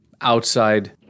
outside